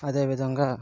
అదే విధంగా